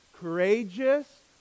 courageous